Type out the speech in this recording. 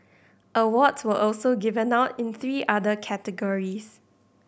awards were also given out in three other categories